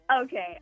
Okay